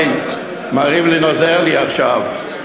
מר ריבלין עוזר לי עכשיו,